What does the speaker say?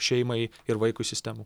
šeimai ir vaikui sistemų